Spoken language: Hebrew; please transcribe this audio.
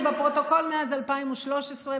זה בפרוטוקול מאז 2013,